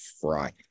fry